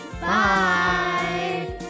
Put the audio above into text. Bye